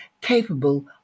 capable